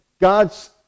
God's